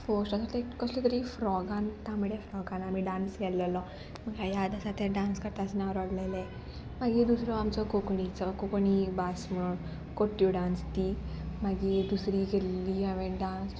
first आसा ते कसले तरी फ्रॉगान तांबडे फ्रॉगान आमी डांस केल्लेलो म्हाका याद आसा ते डांस करतासतना हांव रोडलेले मागीर दुसरो आमचो कोंकणीचो कोंकणी भास म्हण कोट्ट्यो डांस ती मागीर दुसरी केल्ली हांवेन डांस